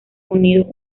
unidos